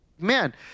Man